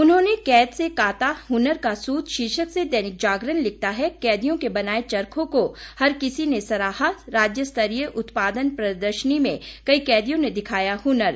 उन्होंने कैद से काता हुनर का सूत शीर्षक से दैनिक जागरण लिखता है कैदियों के बनाए चरखों को हर किसी ने सराहा राज्य स्तरीय उत्पादन प्रदर्शनी में कई कैदियां ने दिखाया हनर